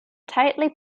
tightly